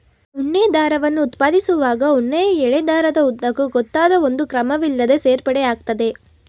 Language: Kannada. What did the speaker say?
ಉಣ್ಣೆ ದಾರವನ್ನು ಉತ್ಪಾದಿಸುವಾಗ ಉಣ್ಣೆಯ ಎಳೆ ದಾರದ ಉದ್ದಕ್ಕೂ ಗೊತ್ತಾದ ಒಂದು ಕ್ರಮವಿಲ್ಲದೇ ಸೇರ್ಪಡೆ ಆಗ್ತದೆ